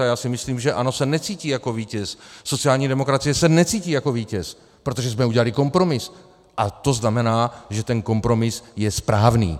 A já si myslím, že ANO se necítí jako vítěz, sociální demokracie se necítí jako vítěz, protože jsme udělali kompromis a to znamená, že ten kompromis je správný.